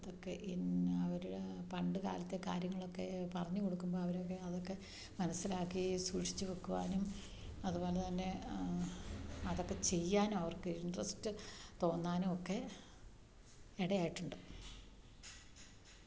ഇതൊക്കെ ഇന്ന അവർ പണ്ട് കാലത്തേ കാര്യങ്ങളൊക്കെ പറഞ്ഞ് കൊടുക്കുമ്പം അവരൊക്കെ അതൊക്കെ മനസ്സിലാക്കി സൂക്ഷിച്ച് വെക്കുവാനും അതുപോലെ തന്നെ അതൊക്കെ ചെയ്യാനും അവർക്ക് ഇൻട്രസ്റ്റ് തോന്നാനും ഒക്കെ ഇടയായിട്ടുണ്ട്